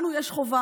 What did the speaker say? לנו יש חובה,